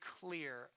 clear